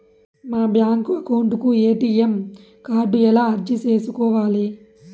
మా bank account కు ATM card ఎలా అర్జీ సేసుకోవాలి?